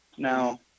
Now